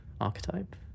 archetype